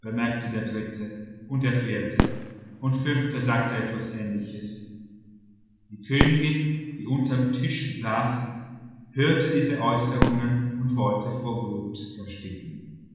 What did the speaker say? bemerkte der dritte und der vierte und fünfte sagte etwas ähnliches die königin die unterm tisch saß hörte diese äußerungen und wollte vor wut ersticken